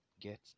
get